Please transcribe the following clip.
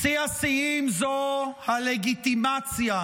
שיא השיאים זו הלגיטימציה,